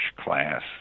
class